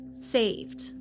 saved